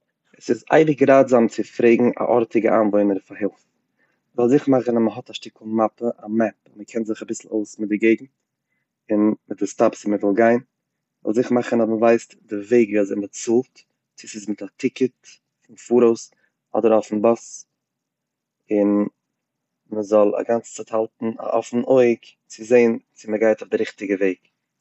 ס'איז אייביג ראטזאם צו פרעגן א ארטיגע איינוואוינער פאר הילף, מ'זאל זיכער מאכן אז מען האט א שטיקל מאפע - א מעפ, ביז מען קען זיך אביסל אויס מיט די געגענט, און וויפיל סטאפס מען וויל גיין, מען זאל זיכער מאכן אז מען ווייסט די וועג ווי אזוי מען צאלט צו ס'איז מיט א טיקעט פון פאראויס, אדער אויפן באס און מען זאל א גאנצע צייט האלטן אפן אן אויג צו זעהן צו מען גייט אויף די ריכטיגע וועג.